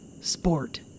sport